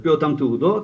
עפ"י אותם תעודות.